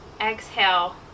exhale